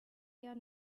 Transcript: eher